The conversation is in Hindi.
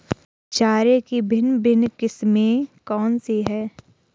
चारे की भिन्न भिन्न किस्में कौन सी हैं?